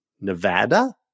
Nevada